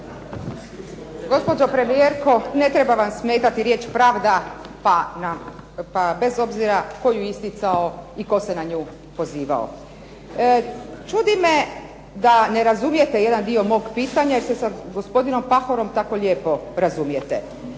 Gospođo premijerko, ne treba vam smetati riječ pravda pa bez obzira tko ju isticao i tko se na nju pozivao. Čudi me da ne razumijete jedan dio mog pitanja, jer se sa gospodinom Pahorom tako lijepo razumijete.